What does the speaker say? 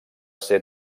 ser